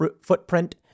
footprint